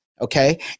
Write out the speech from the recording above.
Okay